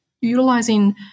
utilizing